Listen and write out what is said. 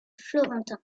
florentins